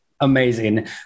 Amazing